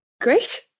Great